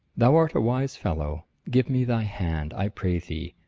thou art a wise fellow. give me thy hand, i pray thee.